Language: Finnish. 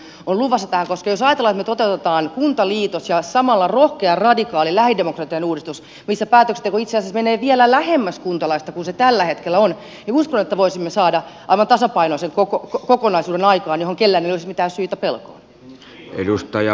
jos ajatellaan että me toteutamme kuntaliitoksen ja samalla rohkean radikaalin lähidemokratian uudistuksen missä päätökset itse asiassa menevät vielä lähemmäksi kuntalaista kuin tällä hetkellä niin uskon että voisimme saada aikaan aivan tasapainoisen kokonaisuuden jossa kenelläkään ei olisi mitään syytä pelkoon